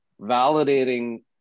validating